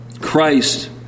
Christ